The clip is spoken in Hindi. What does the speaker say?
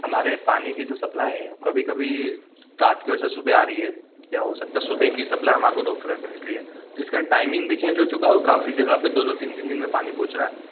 हमारे पानी की जो सप्लाइ है वो कभी कभी रात कि वजह से सुबह आ रही है या हो सकता है सुबह कि सप्लाइ हम आपको दोपहर में भेज रहे है जिसके कारण टाइमिंग भी चेंज हो चुका है और काफी जगह पर दो दो तीन तीन दिन में पानी पहुँच रहा है